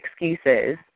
excuses